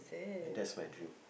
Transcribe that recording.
that's my dream